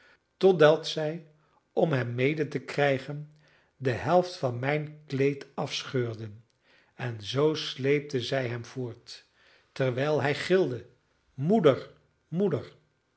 totdat zij om hem mede te krijgen de helft van mijn kleed afscheurden en zoo sleepten zij hem voort terwijl hij gilde moeder moeder